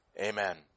Amen